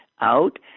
out